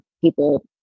people